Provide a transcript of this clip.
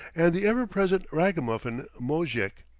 and the ever-present ragamuffin moujik.